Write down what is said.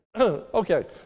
Okay